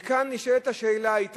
וכאן נשאלת השאלה: הייתכן?